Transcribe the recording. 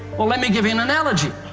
well, let me give you an analogy.